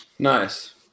Nice